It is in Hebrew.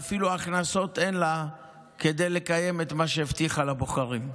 ואפילו הכנסות אין לה כדי לקיים את מה שהבטיחה לבוחרים.